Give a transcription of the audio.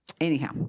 Anyhow